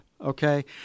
okay